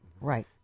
right